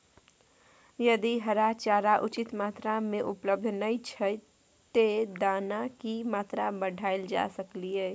यदि हरा चारा उचित मात्रा में उपलब्ध नय छै ते दाना की मात्रा बढायल जा सकलिए?